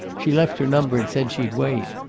she left her number and said she'd wait.